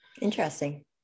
Interesting